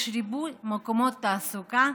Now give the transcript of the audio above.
יש ריבוי מקומות תעסוקה,